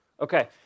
Okay